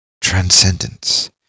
transcendence